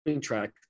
track